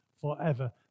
forever